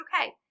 okay